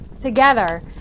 together